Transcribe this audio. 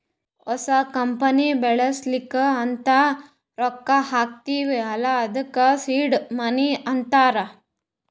ಹೊಸ ಕಂಪನಿಗ ಬೆಳಿಲಿ ಅಂತ್ ರೊಕ್ಕಾ ಹಾಕ್ತೀವ್ ಅಲ್ಲಾ ಅದ್ದುಕ ಸೀಡ್ ಮನಿ ಅಂತಾರ